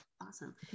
awesome